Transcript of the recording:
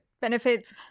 benefits